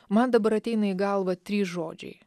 man dabar ateina į galvą trys žodžiai